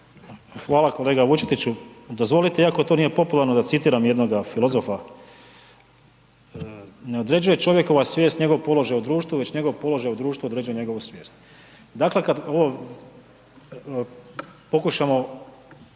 Hvala kolega Vučetiću. Dozvolite iako to nije popularno da citiram jednoga filozofa „Ne određuje čovjekova svijest njegov položaj u društvu nego njegov položaj u društvu određuje njegovu svijest“. Dakle, kada pokušamo